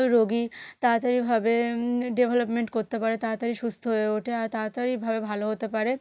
রোগী তাড়াতাড়িভাবে ডেভেলপমেন্ট করতে পারে তাড়াতাড়ি সুস্থ হয়ে ওঠে আর তাড়াতাড়িভাবে ভালো হতে পারে